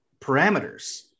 parameters